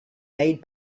made